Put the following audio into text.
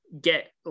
get